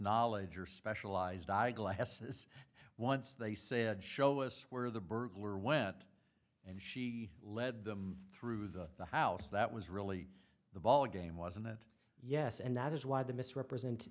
knowledge or specialized eyeglasses once they said show us where the burglar went and she led them through the the house that was really the ballgame wasn't it yes and that is why the mis represent